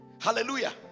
Hallelujah